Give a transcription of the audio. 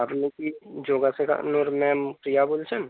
আপনি কি যোগ শেখানোর ম্যাম প্রিয়া বলছেন